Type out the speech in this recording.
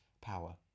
power